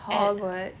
hogwarts